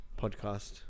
podcast